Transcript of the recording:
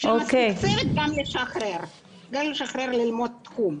מספיק צוות לשחרר אנשים ללמוד את התחום.